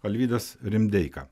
alvydas rimdeika